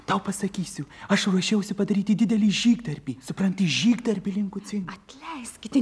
tau pasakysiu aš ruošiausi padaryti didelį žygdarbį supranti žygdarbį lingu cingu